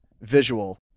visual